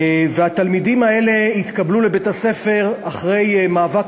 התלמידים האלה התקבלו לבית-הספר אחרי מאבק